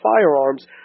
firearms